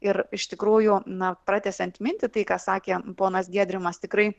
ir iš tikrųjų na pratęsiant mintį tai ką sakė ponas gedrimas tikrai